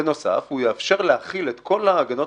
בנוסף הוא יאפשר להחיל את כל ההגנות